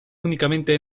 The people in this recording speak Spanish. únicamente